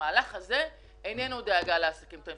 המהלך הזה איננו דאגה לעסקים קטנים.